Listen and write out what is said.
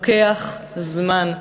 לוקח זמן.